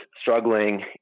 struggling